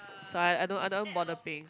so I don't I don't bother paying